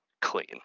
clean